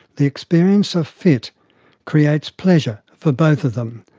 the experience of fit creates pleasure for both of them,